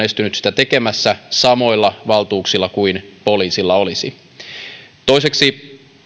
estynyt sitä tekemästä samoilla valtuuksilla kuin poliisilla olisi toiseksi